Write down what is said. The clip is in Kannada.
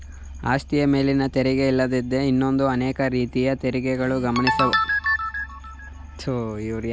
ಆಸ್ತಿಯ ಮೇಲಿನ ತೆರಿಗೆ ಇದಲ್ಲದೇ ಇನ್ನೂ ಅನೇಕ ರೀತಿಯ ತೆರಿಗೆಗಳನ್ನ ಗಮನಿಸಬಹುದಾಗಿದೆ ಎನ್ನಬಹುದು